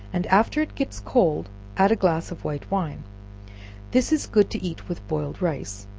and after it gets cold add a glass of white wine this is good to eat with boiled rice,